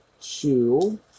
two